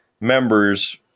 members